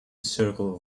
circle